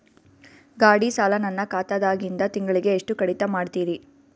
ಗಾಢಿ ಸಾಲ ನನ್ನ ಖಾತಾದಾಗಿಂದ ತಿಂಗಳಿಗೆ ಎಷ್ಟು ಕಡಿತ ಮಾಡ್ತಿರಿ?